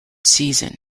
season